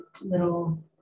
little